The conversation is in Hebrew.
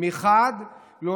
מחד גיסא,